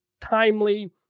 timely